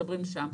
מדברים שם,